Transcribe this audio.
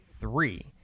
three